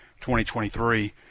2023